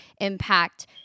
impact